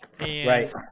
right